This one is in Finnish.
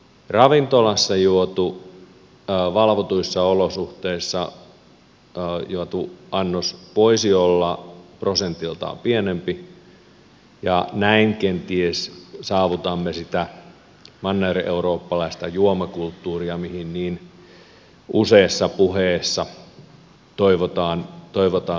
ravintolassa valvotuissa olosuhteissa juotu annos voisi olla prosentiltaan pienempi ja näin kenties saavutamme sitä mannereurooppalaista juomakulttuuria mihin niin useassa puheessa toivotaan mentävän